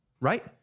right